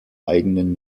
eigenen